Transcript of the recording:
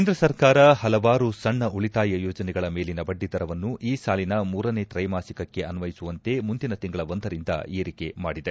ಕೇಂದ್ರ ಸರ್ಕಾರ ಪಲವಾರು ಸಣ್ಣ ಉಳಿತಾಯ ಯೋಜನೆಗಳ ಮೇಲಿನ ಬಡ್ಡಿದರವನ್ನು ಈ ಸಾಲಿನ ಮೂರನೇ ತ್ರೈಮಾಸಿಕಕ್ಕೆ ಅನ್ವಯಿಸುವಂತೆ ಮುಂದಿನ ತಿಂಗಳ ಒಂದರಿಂದ ಏರಿಕೆ ಮಾಡಿದೆ